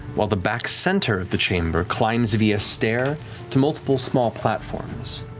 while the back center of the chamber climbs via stair to multiple small platforms,